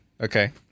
Okay